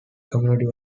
community